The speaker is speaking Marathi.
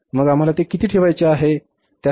मग आम्हाला ते किती ठेवायचे आहे